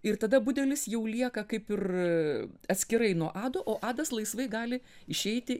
ir tada budelis jau lieka kaip ir atskirai nuo ado o adas laisvai gali išeiti į